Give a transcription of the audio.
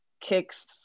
kicks